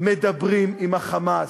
מדברים עם ה"חמאס",